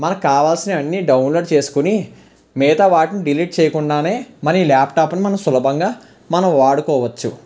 మనకు కావాల్సినవన్నీ డౌన్లోడ్ చేస్కొని మిగతా వాటిని డిలీట్ చేయకుండానే మరి ల్యాప్టాప్ను మనం సులభంగా మనం వాడుకోవచ్చు